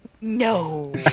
No